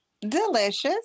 delicious